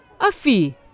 Afi